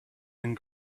and